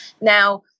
Now